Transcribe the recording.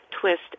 twist